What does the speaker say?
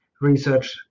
research